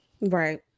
Right